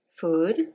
food